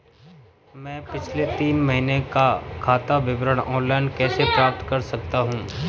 मैं पिछले तीन महीनों का खाता विवरण ऑनलाइन कैसे प्राप्त कर सकता हूं?